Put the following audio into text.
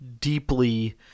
deeply